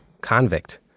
convict